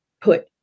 put